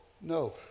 no